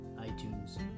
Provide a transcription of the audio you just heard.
itunes